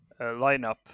lineup